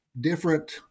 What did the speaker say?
different